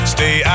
Stay